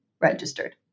registered